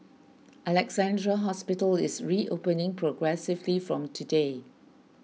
Alexandra Hospital is reopening progressively from today